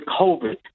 COVID